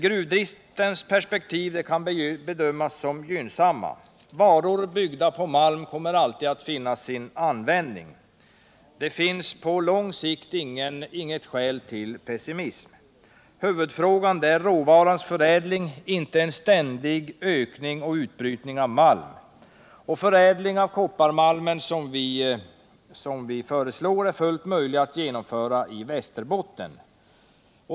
Gruvdriftens perspektiv kan bedömas som gynnsamma. Varor, baserade på malm, kommer alltid att användas. På lång sikt finns det inga skäl till pessimism. Huvudfrågan är råvarans förädling, inte en ständig ökning av malmbrytningen. Förädling av kopparmalmen, som vi föreslår, är fullt möjlig att genomföra i Västerbotten.